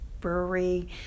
brewery